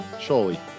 surely